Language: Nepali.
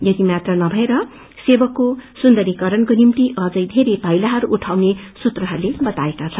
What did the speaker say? यति मात्र नभएर सेवकको सुन्दरीकरणको निम्ति अम्नै वेरै पाइलाहरू उठाइने सूत्रले बताएको छ